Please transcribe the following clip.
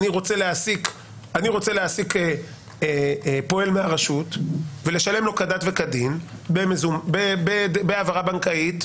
אני רוצה להעסיק פועל מהרשות ולשלם לו כדת וכדין בהעברה בנקאית,